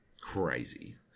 crazy